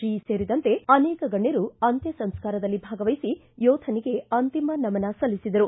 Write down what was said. G ಸೇರಿದಂತೆ ಅನೇಕ ಗಣ್ಠರು ಅಂತ್ಯಸಂಸ್ಥಾರದಲ್ಲಿ ಭಾಗವಹಿಸಿ ಯೋಧನಿಗೆ ಅಂತಿಮ ನಮನ ಸಲ್ಲಿಸಿದರು